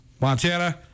Montana